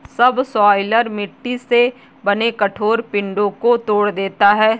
subsoiler मिट्टी से बने कठोर पिंडो को तोड़ देता है